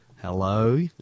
Hello